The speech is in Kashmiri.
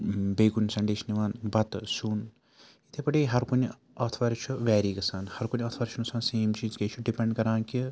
بیٚیہِ کُنہِ سَنڈے چھِ نِوان بَتہٕ سیُن یِتھَے پٲٹھی ہرکُنہِ آتھوارِ چھُ ویری گژھان ہرکُنہِ آتھوارِ چھُنہٕ آسان سیم چیٖز کینٛہہ یہِ چھُ ڈِپٮ۪نٛڈ کَران کہِ